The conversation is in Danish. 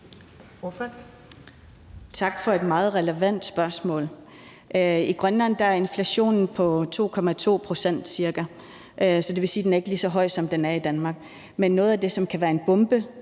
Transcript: (IA): Tak for et meget relevant spørgsmål. I Grønland er inflationen på ca. 2,2 pct., så det vil sige, at den ikke er lige så høj, som den er i Danmark. Men noget af det, som kan være en bombe